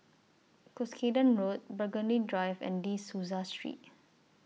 Cuscaden Road Burgundy Drive and De Souza Street